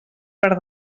per